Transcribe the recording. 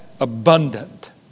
abundant